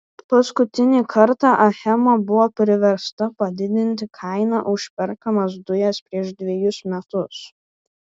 paskutinį kartą achema buvo priversta padidinti kainą už perkamas dujas prieš dvejus metus